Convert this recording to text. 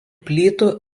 plytų